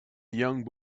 young